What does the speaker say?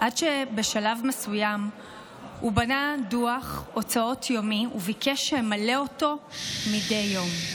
עד שבשלב מסוים הוא בנה דוח הוצאות יומי וביקש שאמלא אותו מדי יום.